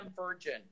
virgin